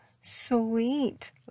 sweet